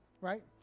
right